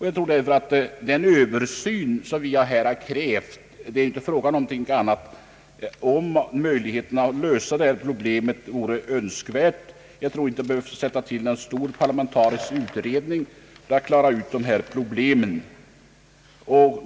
Jag tror därför att den översyn som vi här har krävt — det är inte fråga om någonting annat — om möjligheten att lösa detta problem vore önskvärd. Vi behöver nog inte sätta till någon stor parlamentarisk utredning för att klara av dessa problem.